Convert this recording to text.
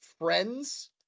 friends